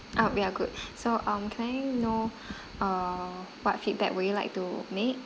oh ya good so um can I know uh what feedback would you like to make